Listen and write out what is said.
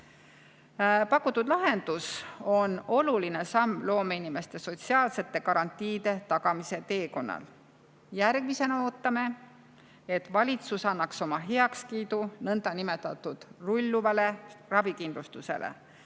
Pakutud lahendus on oluline samm loomeinimeste sotsiaalsete garantiide tagamise teekonnal. Järgmisena ootame, et valitsus annaks oma heakskiidu nõndanimetatud rulluvale ravikindlustusele,